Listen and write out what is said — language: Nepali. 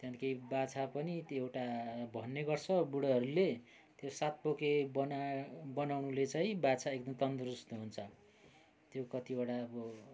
त्यहाँदेखि के बाछा पनि त्यो एउटा भन्ने गर्छ बुढोहरूले त्यो सातपोके बना बानउनुले चाहिँ बाछा एकदम तन्दुरस्त हुन्छ त्यो कतिवटा अब